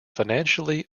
financially